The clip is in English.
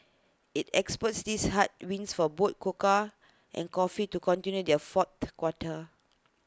IT expects these headwinds for both cocoa and coffee to continue their fourth quarter